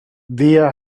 via